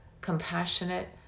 compassionate